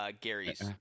Gary's